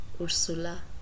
Ursula